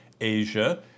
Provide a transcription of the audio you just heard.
asia